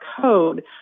code